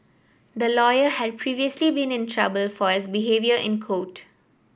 the lawyer had previously been in trouble for his behaviour in court